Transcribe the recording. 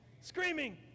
Screaming